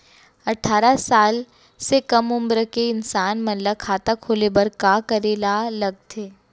अट्ठारह साल से कम उमर के इंसान मन ला खाता खोले बर का करे ला लगथे?